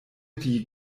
die